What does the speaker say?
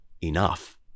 enough